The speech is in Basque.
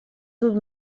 dut